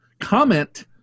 comment